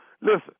Listen